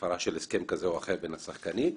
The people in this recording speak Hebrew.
הפרה של הסכמים בין שחקנים,